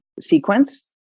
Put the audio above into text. sequence